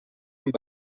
amb